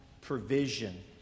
provision